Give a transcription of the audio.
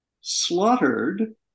slaughtered